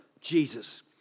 Jesus